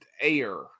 air